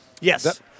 Yes